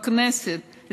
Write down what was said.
בכנסת,